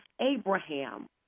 Abraham